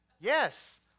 yes